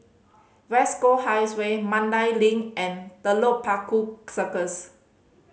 West Coast Highway Mandai Link and Telok Paku Circus